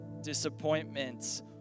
disappointments